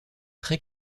très